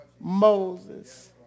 Moses